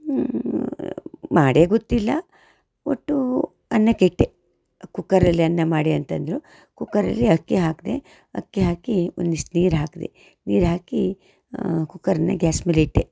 ಮಾಡೇ ಗೊತ್ತಿಲ್ಲ ಒಟ್ಟು ಅನ್ನಕ್ಕಿಟ್ಟೆ ಕುಕ್ಕರಲ್ಲಿ ಅನ್ನ ಮಾಡಿ ಅಂತಂದರು ಕುಕ್ಕರಲ್ಲಿ ಅಕ್ಕಿ ಹಾಕಿದೆ ಅಕ್ಕಿ ಹಾಕಿ ಒಂದಿಷ್ಟು ನೀರು ಹಾಕಿದೆ ನೀರು ಹಾಕಿ ಕುಕ್ಕರ್ನ ಗ್ಯಾಸ್ ಮೇಲೆ ಇಟ್ಟೆ